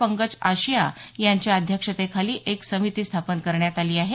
पंकज आशिया यांच्या अध्यक्षतेखाली एक समिती स्थापन करण्यात आली आहे